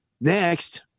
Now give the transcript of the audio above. Next